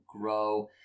grow